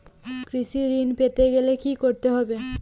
কৃষি ঋণ পেতে গেলে কি করতে হবে?